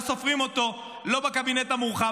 לא סופרים אותו לא בקבינט המורחב,